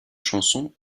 chansons